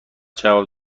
جواب